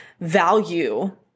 value